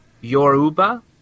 Yoruba